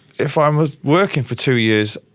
if i was working for two years,